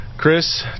Chris